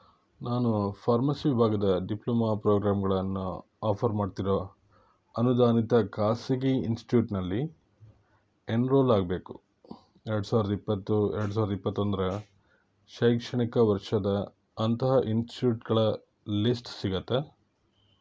ನಾನು ಫಾರ್ಮಸಿ ವಿಭಾಗದ ಡಿಪ್ಲೊಮಾ ಪ್ರೋಗ್ರಾಮ್ಗಳನ್ನು ಆಫರ್ ಮಾಡ್ತಿರೋ ಅನುದಾನಿತ ಖಾಸಗಿ ಇನ್ಸ್ಟ್ಯೂಟ್ನಲ್ಲಿ ಎನ್ರೋಲ್ ಆಗಬೇಕು ಎರಡು ಸಾವಿರದ ಇಪ್ಪತ್ತು ಎರಡು ಸಾವಿರದ ಇಪ್ಪತ್ತೊಂದರ ಶೈಕ್ಷಣಿಕ ವರ್ಷದ ಅಂತಹ ಇನ್ಸ್ಟ್ಯೂಟ್ಗಳ ಲಿಸ್ಟ್ ಸಿಗುತ್ತಾ